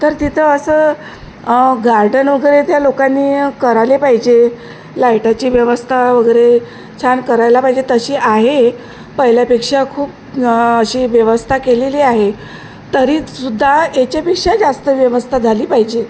तर तिथं असं गार्डन वगैरे त्या लोकांनी करायला पाहिजे लायटाची व्यवस्था वगैरे छान करायला पाहिजे तशी आहे पहिल्यापेक्षा खूप अशी व्यवस्था केलेली आहे तरीसुद्धा याच्यापेक्षा जास्त व्यवस्था झाली पाहिजे